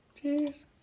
Cheers